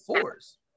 fours